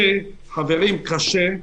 חברים, זה קשה.